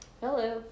Hello